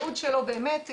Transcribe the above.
הייעוד שלו באמת,